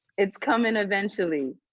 it's coming eventually.